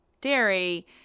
dairy